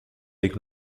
avec